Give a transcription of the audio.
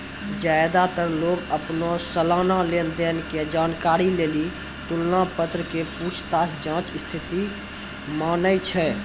ज्यादातर लोग अपनो सलाना लेन देन के जानकारी लेली तुलन पत्र के पूछताछ जांच स्थिति मानै छै